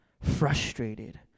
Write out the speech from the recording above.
frustrated